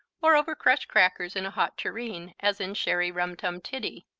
or over crushed crackers in a hot tureen, as in sherry rum tum tiddy,